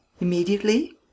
Immediately